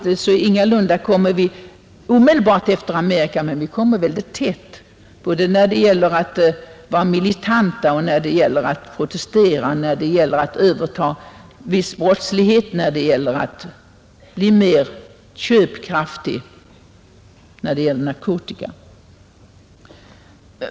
Vi kommer visserligen ingalunda omedelbart efter Amerika — men vi kommer ändå ganska tätt efter Amerika i vad gäller att vara militanta, att protestera, att ”överta” viss brottslighet, att bli mer köpkraftiga, att missbruka narkotika.